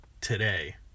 today